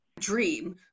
dream